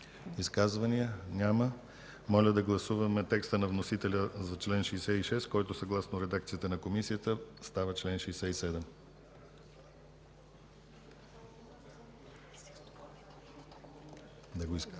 Изказвания? Няма. Моля да гласуваме текста на вносителя за чл. 66, който съгласно редакцията на Комисията става чл. 67. Гласували